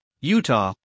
Utah